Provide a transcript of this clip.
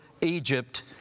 Egypt